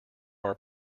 our